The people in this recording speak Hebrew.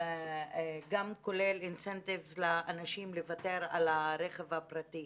כולל אינסנטיב לאנשים לוותר על הרכב הפרטי,